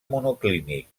monoclínic